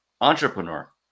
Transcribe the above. entrepreneur